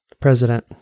president